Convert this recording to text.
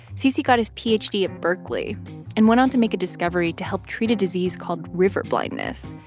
cc got his ph d. at berkeley and went on to make a discovery to help treat a disease called river blindness.